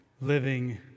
living